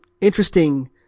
interesting